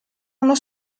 uno